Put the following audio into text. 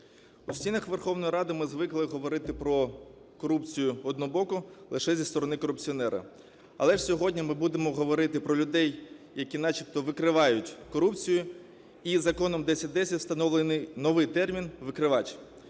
У стінах Верховної Ради ми звикли говорити про корупцію однобоку лише зі сторони корупціонера. Але сьогодні ми будемо говорити про людей, які начебто викривають корупцію і Законом 1010 встановлений новий термін "викривач".